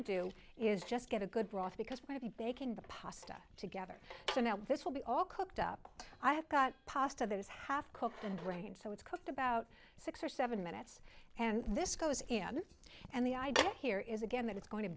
to do is just get a good broth because we're going to be baking the pasta together so now this will be all cooked up i have got pasta that is half cooked and drained so it's cooked about six or seven minutes and this goes in and the idea here is again that it's going to